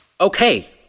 Okay